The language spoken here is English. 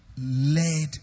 led